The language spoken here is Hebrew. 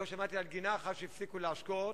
לא שמעתי על גינה אחת שהפסיקו להשקות.